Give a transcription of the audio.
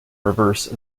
reverse